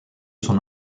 son